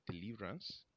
deliverance